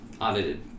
Audited